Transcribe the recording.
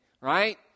right